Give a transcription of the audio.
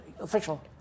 Official